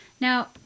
Now